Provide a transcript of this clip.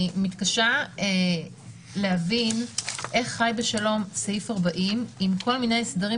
אני מתקשה להבין איך חי בשלום סעיף 40 עם כל מיני הסדרים